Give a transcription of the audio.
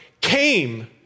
came